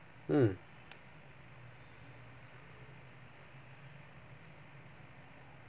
mm